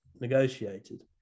negotiated